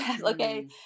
Okay